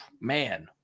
Man